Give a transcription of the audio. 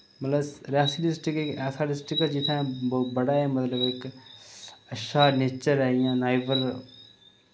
मतलब रेआसी डिस्ट्रिक इक ऐसा डिस्ट्रिक ऐ जित्थै ब बड़ा गै मतलब इक अच्छा नेचर ऐ इ'यां साइबर